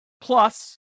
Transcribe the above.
Plus